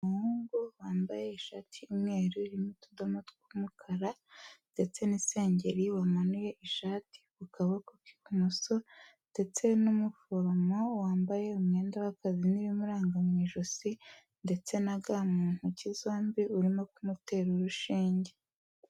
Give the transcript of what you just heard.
Umuhungu wambaye, ishati yumweru, irimo utudomo tw'umukara, ndetse n'isengeri, wamanuye, ishati ku kaboko k'ibumoso, ndetse n'umuforomo wambaye, umwenda w'akazi n'ibimuranga mu ijosi, ndetse na ga mu ntoki, zombi, urimo kumutera urushinge.